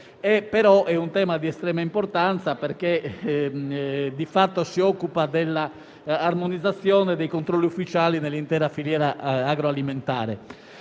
però è di estrema importanza, perché di fatto si occupa dell'armonizzazione e dei controlli ufficiali nell'intera filiera agroalimentare.